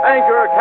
Anchor